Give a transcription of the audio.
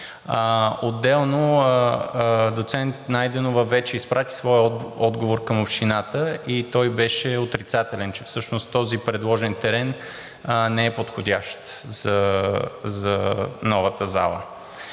Отделно доцент Найденова вече изпрати своя отговор към Общината и той беше отрицателен, че всъщност този предложен терен не е подходящ за новата зала.